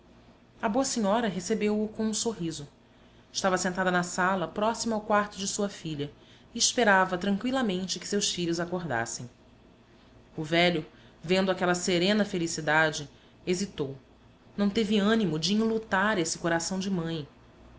a boa senhora recebeu-o com um sorriso estava sentada na sala próxima ao quarto de sua filha e esperava tranqüilamente que seus filhos acordassem o velho vendo aquela serena felicidade hesitou não teve ânimo de enlutar esse coração de mãe